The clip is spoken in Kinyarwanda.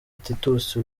titus